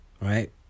right